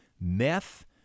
meth